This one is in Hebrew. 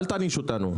אל תעניש אותנו.